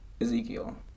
Ezekiel